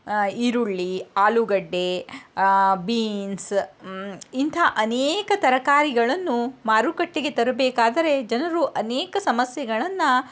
ಈರುಳ್ಳಿ ಆಲೂಗಡ್ಡೆ ಬೀನ್ಸ್ ಇಂಥ ಅನೇಕ ತರಕಾರಿಗಳನ್ನು ಮಾರುಕಟ್ಟೆಗೆ ತರಬೇಕಾದರೆ ಜನರು ಅನೇಕ ಸಮಸ್ಯೆಗಳನ್ನು